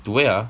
to where ah